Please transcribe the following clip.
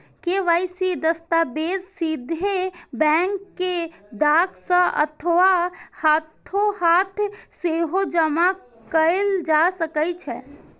KYC दस्तावेज सीधे bank कें डाक सं अथवा हाथोहाथ सेहो जमा कैल जा सकै छै